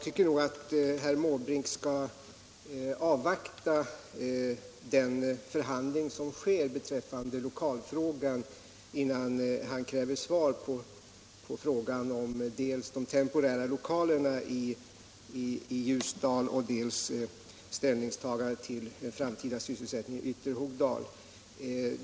Herr talman! Herr Måbrink skall nog avvakta den förhandling som sker beträffande lokalproblemen innan han kräver svar på frågorna dels om de temporära lokalerna i Ljusdal, dels om ställningstagandet till den framtida sysselsättningen i Ytterhogdal.